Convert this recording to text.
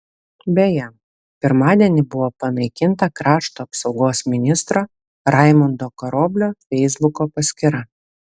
beje pirmadienį buvo panaikinta krašto apsaugos ministro raimundo karoblio feisbuko paskyra